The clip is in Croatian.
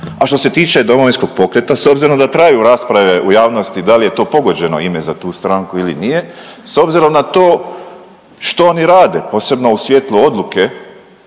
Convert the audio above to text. A što se tiče Domovinskog pokreta, s obzirom da traju rasprave u javnosti da li je to pogođeno ime za tu stranku ili nije, s obzirom na to što oni rade, posebno u svijetlu odluke